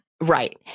Right